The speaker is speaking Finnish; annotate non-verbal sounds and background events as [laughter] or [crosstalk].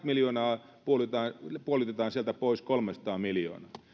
[unintelligible] miljoonaa puolitetaan puolitetaan sieltä pois kolmesataa miljoonaa